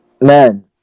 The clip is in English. Man